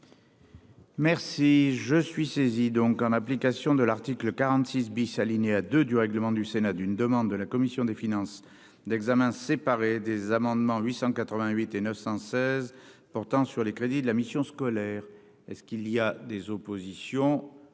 Merci, je suis saisie, donc en application de l'article 46 bis alinéa 2 du règlement du Sénat d'une demande de la commission des finances d'examen séparé des amendements 888 et 916 portant sur les crédits de la mission scolaire et ce qu'il y a des oppositions,